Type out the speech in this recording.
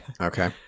Okay